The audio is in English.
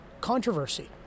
controversy